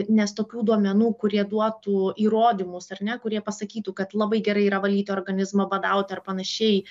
nes tokių duomenų kurie duotų įrodymus ar ne kurie pasakytų kad labai gerai yra valyti organizmą badauti ar panašiai